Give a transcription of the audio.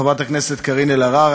חברת הכנסת קארין אלהרר,